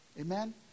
Amen